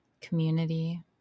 community